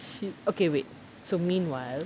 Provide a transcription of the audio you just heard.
shit okay wait so meanwhile